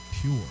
pure